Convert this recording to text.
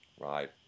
Right